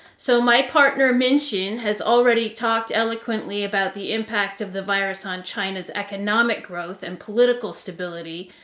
so, my partner, minxin, has already talked eloquently about the impact of the virus on china's economic growth and political stability,